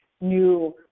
new